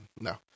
no